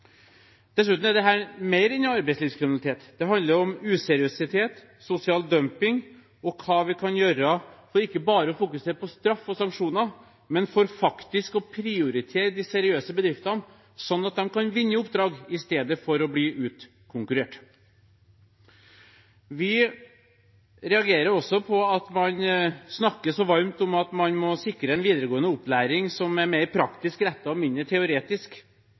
Dessuten gjelder dette mer enn arbeidslivskriminalitet. Det handler om useriøsitet, sosial dumping og hva vi kan gjøre for ikke bare å fokusere på straff og sanksjoner, men for faktisk å prioritere de seriøse bedriftene, sånn at de kan vinne oppdrag i stedet for å bli utkonkurrert. Vi reagerer også på at man snakker så varmt om at man må sikre en videregående opplæring som er mer praktisk rettet og mindre teoretisk.